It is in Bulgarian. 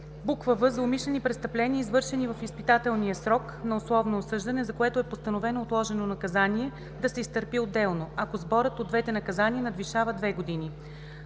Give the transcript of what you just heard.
в) за умишлени престъпления, извършени в изпитателния срок на условно осъждане, за което е постановено отложеното наказание да се изтърпи отделно, ако сборът от двете наказания надвишава две години;